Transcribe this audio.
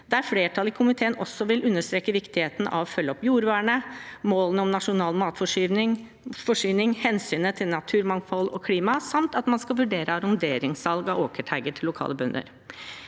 Flertallet i komiteen vil også understreke viktigheten av å følge opp jordvernet, målene om nasjonal matforsyning og hensynet til naturmangfold og klima, samt at man skal vurdere arronderingssalg av åkerteiger til lokale bønder.